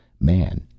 Man